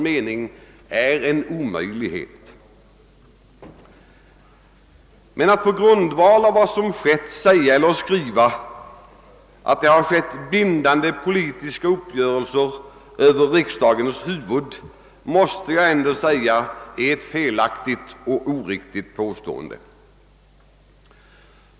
mening är en omöjlighet. Men att på grundval av vad som nu skett säga eller skriva att det träffats bindande politiska uppgörelser över riksdagens huvud är felaktigt och oriktigt.